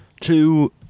two